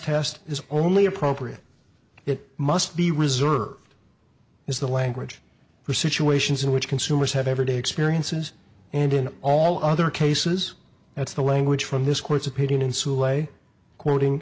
test is only appropriate it must be reserved is the language for situations in which consumers have everyday experiences and in all other cases that's the language from this court's opinion sue way quoting